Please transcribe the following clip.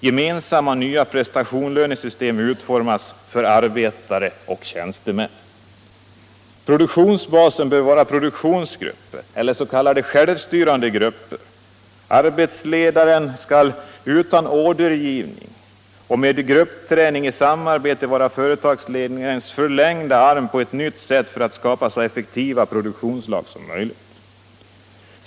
Gemensamma nya prestationslönesystem utformas för arbetare och tjänstemän. Produktionsbasen bör vara produktionsgrupper eller s.k. självstyrande grupper. Arbetsledaren skall utan ordergivning och med gruppträning i samarbete vara företagsledningens förlängda arm på ett nytt sätt för att skapa så effektiva produktionslag som möjligt.